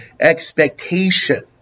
expectation